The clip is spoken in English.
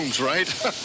right